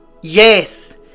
yes